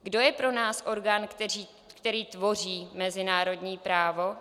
Kdo je pro nás orgán, který tvoří mezinárodní právo?